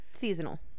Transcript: Seasonal